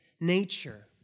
nature